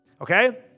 Okay